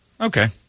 Okay